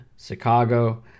Chicago